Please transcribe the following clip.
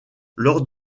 lors